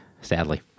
sadly